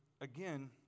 again